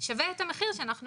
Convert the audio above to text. שווה את המחיר שאנחנו